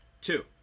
Two